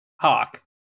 Hawk